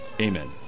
Amen